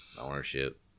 ownership